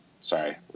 sorry